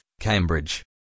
Cambridge